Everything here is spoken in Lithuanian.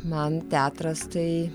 man teatras tai